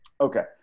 okay